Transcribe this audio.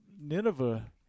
Nineveh